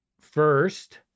first